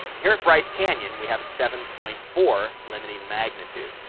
here at bryce canyon we have a seven point four limiting magnitude.